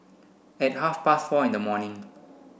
at half past four in the morning